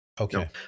Okay